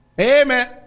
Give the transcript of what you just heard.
Amen